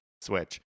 Switch